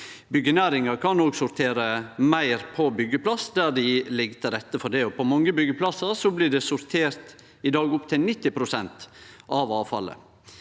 Byggjenæringa kan også sortere meir på byggjeplass, der det ligg til rette for det. På mange byggjeplassar blir i dag opptil 90 pst. av avfallet